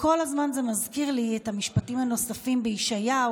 וכל הזמן זה מזכיר לי את המשפטים הנוספים בישעיהו,